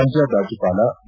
ಪಂಜಾಬ್ ರಾಜ್ಯಪಾಲ ವಿ